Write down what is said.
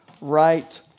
right